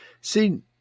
See